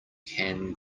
can